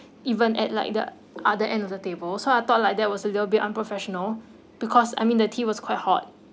even at like the other end of the table so I thought like there was a little bit unprofessional because I mean the tea was quite hot